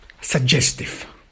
suggestive